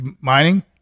mining